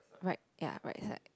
right ya right side